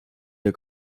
der